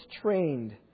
trained